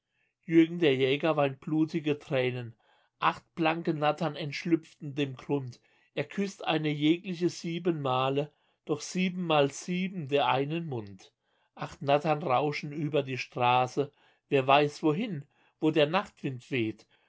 jürgen der jäger weint blutige tränen acht blanke nattern entschlüpfen dem grund er küßt eine jegliche sieben male doch siebenmal sieben der einen mund acht nattern rauschen über die straße wer weiß wohin wo der nachtwind weht